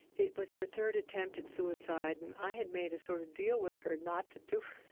it was her third attempt at suicide, and i had made a sort of deal with her not to do it